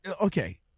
okay